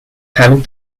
having